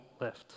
lift